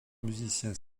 musiciens